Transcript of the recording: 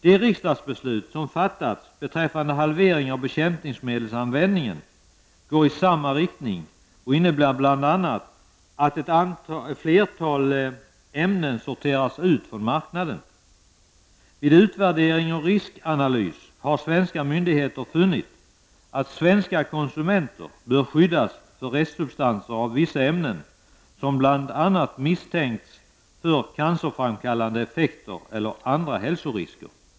De riksdagsbeslut som fattats beträffande halvering av bekämpningsmedelsanvändningen går i samma riktning och innebär bl.a. att ett flertal ämnen sorteras ut från marknaden. Vid utvärdering och riskanalys har svenska myndigheter funnit att svenska konsumenter bör skyddas för restsubstanser av vissa ämnen som bl.a. misstänks ha cancerframkallande effekter eller medföra andra hälsorisker.